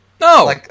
No